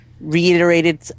reiterated